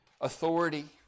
authority